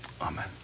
Amen